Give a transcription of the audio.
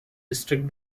district